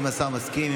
השר מסכים.